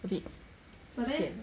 a bit sian well it